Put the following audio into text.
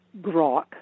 grok